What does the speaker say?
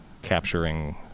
capturing